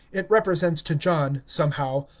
it represents to john, somehow,